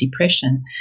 depression